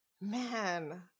Man